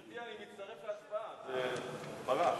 גברתי, אני מצטרף להצבעה, זה ברח.